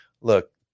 Look